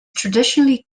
traditionally